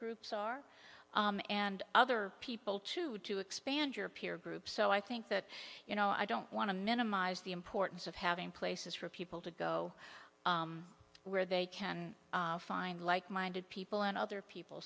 groups are and other people to to expand your peer group so i think that you know i don't want to minimize the importance of having places for people to go where they can find like minded people and other people